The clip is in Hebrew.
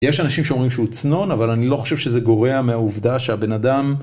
יש אנשים שאומרים שהוא צנון, אבל אני לא חושב שזה גורע מהעובדה שהבן אדם...